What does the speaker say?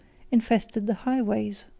infested the highways.